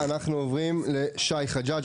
אנחנו עוברים לשי חג'ג'.